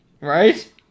Right